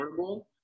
affordable